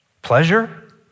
Pleasure